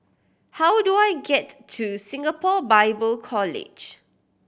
how do I get to Singapore Bible College